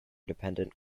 dependent